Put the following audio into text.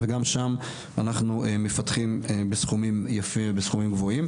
וגם שם אנחנו מפתחים בסכומים גבוהים.